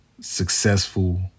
successful